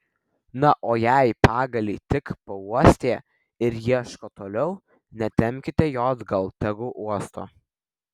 na o jei pagalį tik pauostė ir ieško toliau netempkite jo atgal tegu uosto